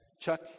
Chuck